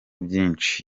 byinshi